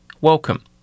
welcome